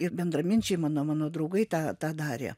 ir bendraminčiai mano mano draugai tą tą darė